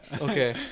Okay